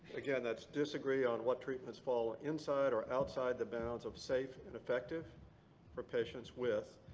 again, that's disagree on what treatments fall inside or outside the bounds of safe and effective for patients with.